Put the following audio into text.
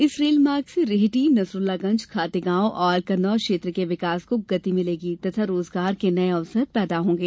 इस रेल मार्ग से रेहटी नसरुल्लागंज खातेगाँव और कन्नौद क्षेत्र के विकास को गति मिलेगी तथा रोज़गार के नये अवसर पैदा होंगे